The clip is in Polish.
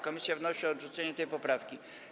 Komisja wnosi o odrzucenie tej poprawki.